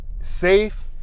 safe